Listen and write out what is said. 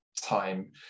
time